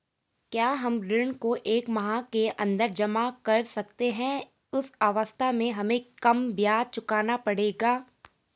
क्या हम ऋण को एक माह के अन्दर जमा कर सकते हैं उस अवस्था में हमें कम ब्याज चुकाना पड़ेगा?